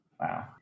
Wow